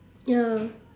ya